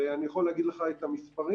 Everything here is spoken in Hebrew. ואני יכול להגיד לך את המספרים.